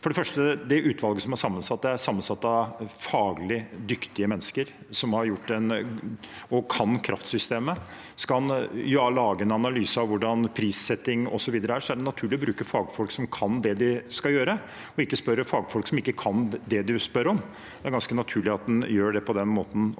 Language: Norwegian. For det første: Det utvalget som er sammensatt, er sammensatt av faglig dyktige mennesker som kan kraftsystemet. Skal en lage en analyse av hvordan prissetting osv. er, er det naturlig å bruke fagfolk som kan det de skal gjøre, ikke spørre fagfolk som ikke kan det en spør om. Det er ganske naturlig at en gjør det på den måten.